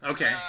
Okay